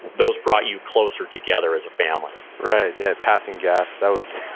those brought you closer together as a family right, yeah, passing gas, that was,